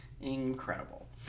Incredible